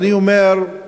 ואני אומר,